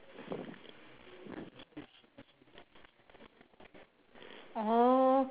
oh